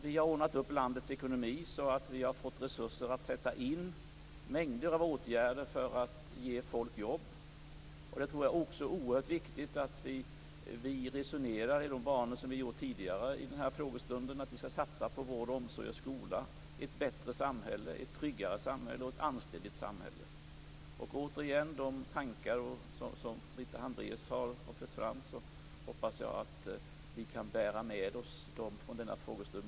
Vi har ordnat upp landets ekonomi och därmed fått resurser att sätta in mängder av åtgärder för att ge folk jobb. Jag tror också att det är oerhört viktigt att resonera i de banor som vi har gjort tidigare i den här frågestunden, dvs. att vi skall satsa på vård, omsorg och skola - ett bättre samhälle, ett tryggare samhälle och ett anständigt samhälle. Återigen: Jag hoppas att vi kan bära med oss de tankar som Birgitta Hambraeus har fört fram vid denna frågestund.